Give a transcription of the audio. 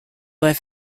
aurait